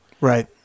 Right